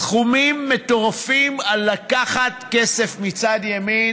סכומים מטורפים על לקחת כסף מצד ימין